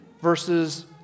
versus